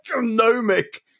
Gnomic